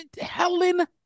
helen